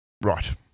Right